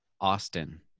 Austin